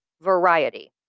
variety